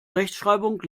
rechtschreibung